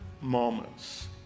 moments